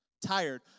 Tired